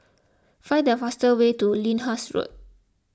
find the fastest way to Lyndhurst Road